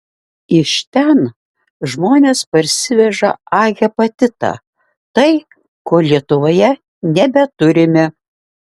iš ten žmonės parsiveža a hepatitą tai ko lietuvoje nebeturime